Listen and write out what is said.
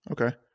Okay